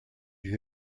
you